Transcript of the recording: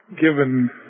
given